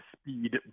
speed